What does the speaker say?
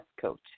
Coach